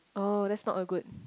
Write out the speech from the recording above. oh that's not a good